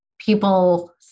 People